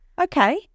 Okay